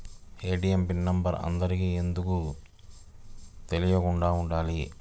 ATM PIN number అందరికి ఎందుకు తెలియకుండా ఉండాలి?